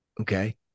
Okay